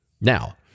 Now